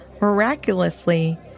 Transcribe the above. Miraculously